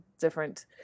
different